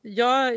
jag